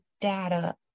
data